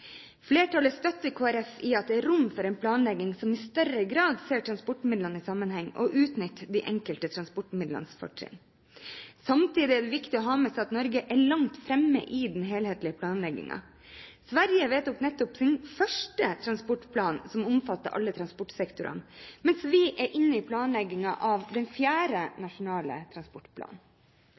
Flertallet støtter Kristelig Folkeparti i at det er rom for en planlegging som i større grad ser transportmidlene i sammenheng, og utnytter de enkelte transportmidlenes fortrinn. Samtidig er det viktig å ha med seg at Norge er langt fremme i den helhetlige planleggingen. Sverige vedtok nettopp sin første transportplan som omfatter alle transportsektorene, mens vi er inne i planleggingen av den fjerde nasjonale